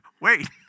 Wait